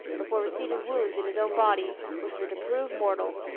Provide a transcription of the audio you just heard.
before receiving wounds in his own body, which were to prove mortal.